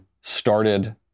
started